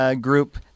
group